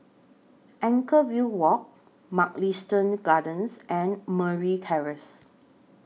Anchorvale Walk Mugliston Gardens and Merryn Terrace